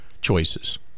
choices